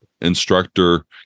instructor